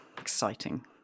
Exciting